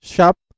Shop